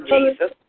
Jesus